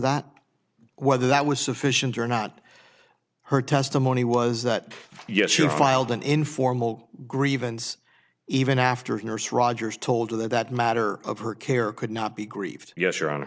that whether that was sufficient or not her testimony was that yes you filed an informal grievance even after nurse rogers told her that matter of her care could not be grieved yes your hon